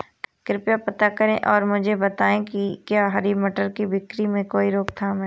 कृपया पता करें और मुझे बताएं कि क्या हरी मटर की बिक्री में कोई रोकथाम है?